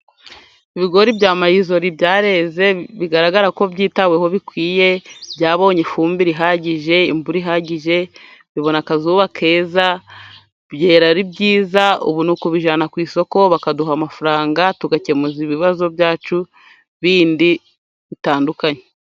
Ibigori bya mayizori byarenze bigaragara ko byitaweho bikwiye, byabonye ifumbire ihagije, imvura ihagije, bibona akazuba keza, byera ari byiza. Ubu ni ukubijyana ku isoko, bakaduha amafaranga tugakemuza ibibazo byacu bindi bitandukanye.